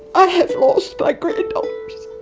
i have lost my granddaughters,